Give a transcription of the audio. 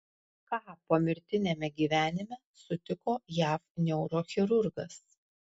ką pomirtiniame gyvenime sutiko jav neurochirurgas